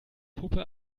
puppe